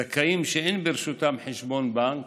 זכאים שאין ברשותם חשבון בנק